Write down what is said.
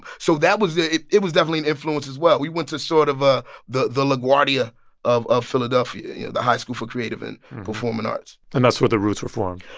so that was it it was definitely an influence as well. we went to sort of ah the the laguardia of of philadelphia you know, the high school for creative and performing arts and that's where the roots were formed?